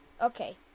Okay